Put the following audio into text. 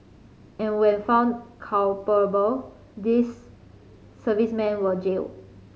and when found these servicemen were jailed